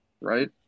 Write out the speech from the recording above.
right